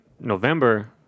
November